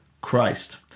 Christ